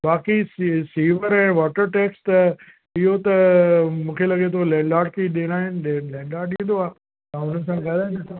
बाक़ी सी सीवर ऐं वाटर टैक्स त इहो त मूंखे लॻे थो लैंडलॉर्ड खे ई ॾियणा आहिनि लैंडलॉर्ड ॾींदो आहे तव्हां उन्हनि सां ॻाल्हायो न था